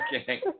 Okay